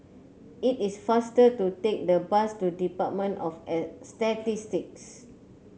it is faster to take the bus to Department of as Statistics